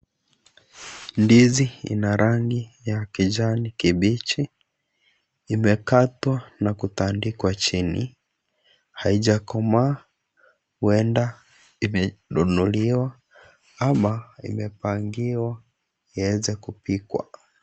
Ndizi ina rangi ya kijani kibichi, imekatwa na kutandikwa chini. haijakomaa huenda imenunuliwa. Ama imepangiwa iweze kupikwa.